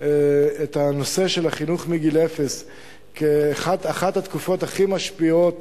את הנושא של החינוך מגיל אפס כאחת התקופות הכי משפיעות